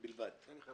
אני כבר